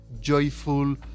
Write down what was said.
joyful